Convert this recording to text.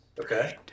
Okay